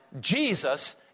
Jesus